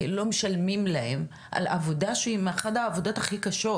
לא משלמים להם על עבודה שהיא אחת העבודות הכי קשות,